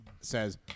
says